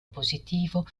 positivo